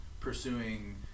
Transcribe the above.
pursuing